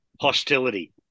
hostility